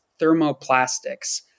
thermoplastics